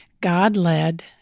God-led